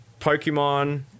Pokemon